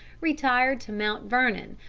retired to mount vernon,